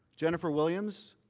jennifer williams,